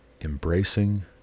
embracing